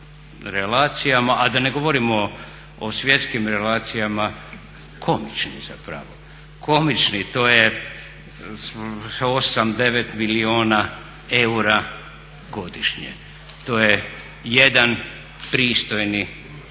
a da ne govorimo o svjetskim relacijama komični zapravo. To je 8, 9 milijuna eura godišnje, to je jedan pristojni